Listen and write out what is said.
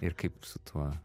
ir kaip su tuo